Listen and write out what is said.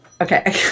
Okay